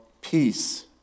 Peace